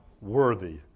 worthy